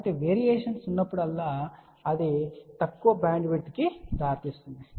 కాబట్టి ఎక్కువ వేరియేషన్స్ ఉన్నప్పుడల్లా అది తక్కువ బ్యాండ్విడ్త్కు దారితీస్తుంది